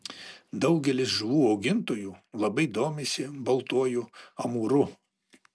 daugelis žuvų augintojų labai domisi baltuoju amūru